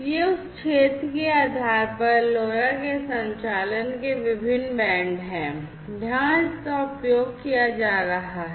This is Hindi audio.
ये उस क्षेत्र के आधार पर LoRa के संचालन के विभिन्न बैंड हैं जहां इसका उपयोग किया जा रहा है